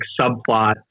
subplot